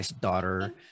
daughter